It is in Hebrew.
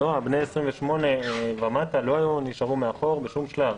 בני 28 ומטה לא נשארו מאחור בשום שלב,